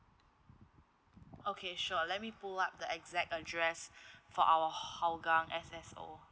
okay sure let me pull up the exact address for our hougang S_S_O